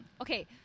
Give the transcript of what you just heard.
okay